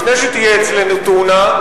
לפני שתהיה אצלנו תאונה,